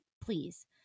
please